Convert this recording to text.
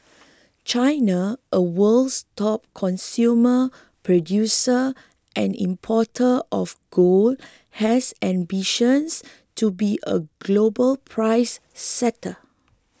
China a world's top consumer producer and importer of gold has ambitions to be a global price setter